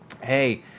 hey